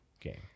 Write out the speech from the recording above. game